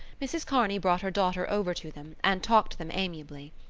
mrs. kearney brought her daughter over to them, and talked to them amiably.